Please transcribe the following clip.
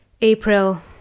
April